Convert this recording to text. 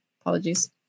apologies